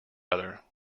other